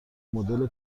مدل